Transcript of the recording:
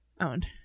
Owned